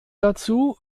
dazu